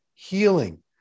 healing